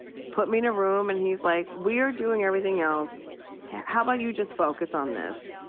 put me in a room and he's like, we are doing everything else. ha how about you just focus on this?